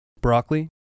Broccoli